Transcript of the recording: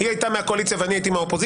היא הייתה מהקואליציה ואני מהאופוזיציה,